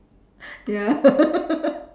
ya